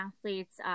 athletes